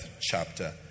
chapter